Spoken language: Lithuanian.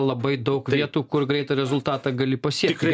labai daug vietų kur greitą rezultatą gali pasiekti